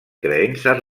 creences